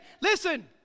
Listen